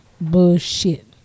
bullshit